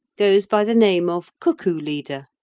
goes by the name of cuckoo-leader.